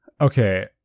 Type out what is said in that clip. Okay